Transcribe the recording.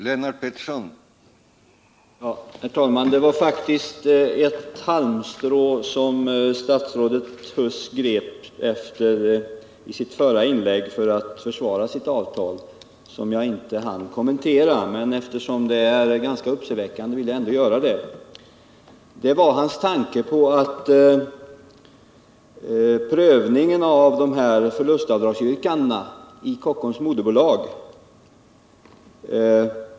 Herr talman! Det var eu halmstrå som statsrådet Huss grep efter i siu förra inlägg för att försvara sitt avtal som jag inte hann kommentera, men eftersom det var ganska anmärkningsvärt vill jag göra det nu. Jag avser hans tankar om prövningen av förlustavdragsyrkandena i Kockums moderbolag.